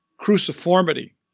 cruciformity